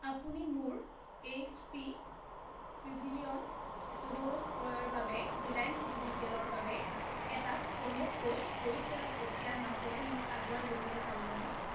আপুনি মোৰ H P Pavilion চৈধ্য ক্ৰয়ৰ বাবে ৰিলায়েন্স ডিজিটেৰ বাবে এটা প্ৰম' কোড প্ৰয়োগ কৰাৰ প্ৰক্ৰিয়াৰ মাজেৰে মোক আগুৱাই লৈ যাব পাৰিবনে